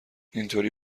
اینطوری